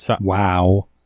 Wow